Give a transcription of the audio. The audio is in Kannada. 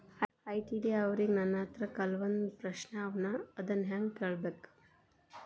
ಐ.ಟಿ.ಡಿ ಅವ್ರಿಗೆ ನನ್ ಹತ್ರ ಕೆಲ್ವೊಂದ್ ಪ್ರಶ್ನೆ ಅವ ಅದನ್ನ ಹೆಂಗ್ ಕಳ್ಸ್ಬೇಕ್?